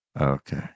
Okay